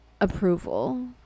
approval